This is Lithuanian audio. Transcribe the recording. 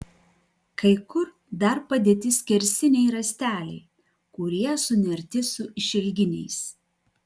kai kur dar padėti skersiniai rąsteliai kurie sunerti su išilginiais